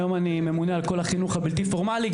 היום אני ממונה על כל החינוך הבלתי פורמלי,